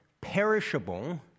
perishable